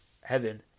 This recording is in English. heaven